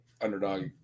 underdog